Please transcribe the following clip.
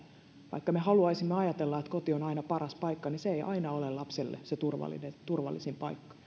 vaikka me haluaisimme ajatella että koti on aina paras paikka se ei aina ole lapsille se turvallisin paikka